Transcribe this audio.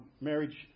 marriage